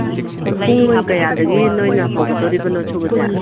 ꯄꯨꯡ ꯀꯌꯥꯗꯒꯤ ꯅꯣꯏꯅ ꯍꯧꯒꯗꯣꯔꯤꯕꯅꯣ ꯁꯨꯕꯁꯦ